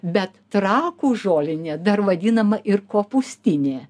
bet trakų žolinė dar vadinama ir kopūstinė